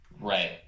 Right